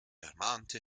ermahnte